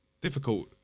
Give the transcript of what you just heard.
difficult